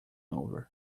over